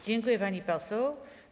Dziękuję, pani poseł.